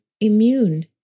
immune